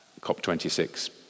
COP26